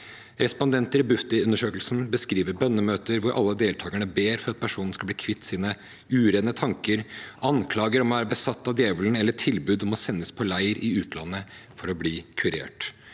Respondenter i Bufdir-undersøkelsen beskriver bønnemøter hvor alle deltakerne ber for at personen skal bli kvitt sine urene tanker, anklager om å være besatt av djevelen eller tilbud om å sendes på leir i utlandet for å bli kurert.